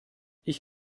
ich